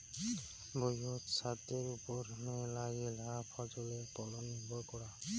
ভুঁইয়ত ছাস্থের ওপর মেলাগিলা ফছলের ফলন নির্ভর করাং